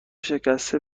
شکسته